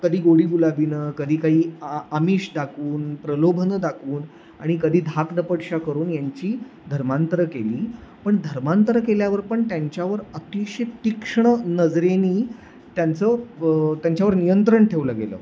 कधी गोडीगुलाबीनं कधी काही आ आमिष दाखवून प्रलोभनं दाखवून आणि कधी धाकदपटशा करून यांची धर्मांतरं केली पण धर्मांतरं केल्यावर पण त्यांच्यावर अतिशय तीक्ष्ण नजरेनी त्यांचं त्यांच्यावर नियंत्रण ठेवलं गेलं